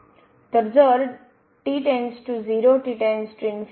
तर जर → 0 t →∞